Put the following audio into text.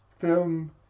film